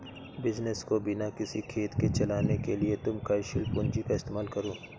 business को बिना किसी खेद के चलाने के लिए तुम कार्यशील पूंजी का इस्तेमाल करो